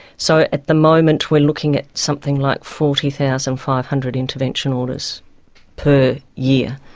so at the moment we are looking at something like forty thousand five hundred intervention orders per year.